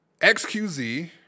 XQZ